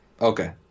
okay